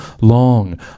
long